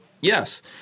Yes